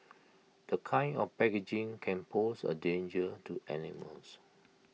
the kind of packaging can pose A danger to animals